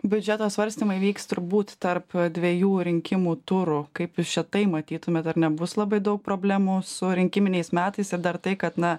biudžeto svarstymai vyks turbūt tarp dvejų rinkimų turų kaip jūs čia tai matytumėt ar nebus labai daug problemų su rinkiminiais metais ir dar tai kad na